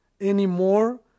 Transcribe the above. anymore